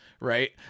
right